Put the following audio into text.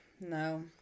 No